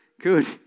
good